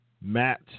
Matt